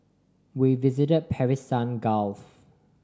we visited the Persian Gulf